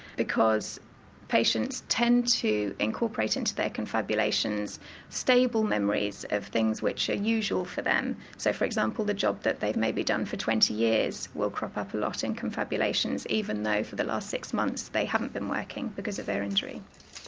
because patients tend to incorporate into their confabulations stable memories of things which are usual for them. so for example, the job that they've maybe done for twenty years will crop up a lot in confabulations, even though for the last six months they haven't been working because of their injury.